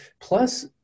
Plus